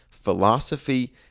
philosophy